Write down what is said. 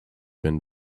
been